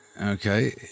Okay